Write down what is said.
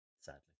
Sadly